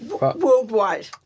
Worldwide